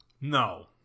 No